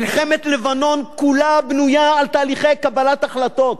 מלחמת לבנון כולה בנויה על תהליכי קבלת החלטות,